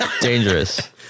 Dangerous